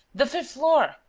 the fifth floor!